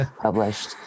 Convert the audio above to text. published